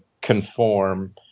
conform